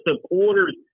supporters